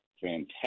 fantastic